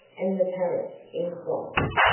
and the parrots in flocks,